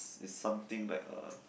it's something like a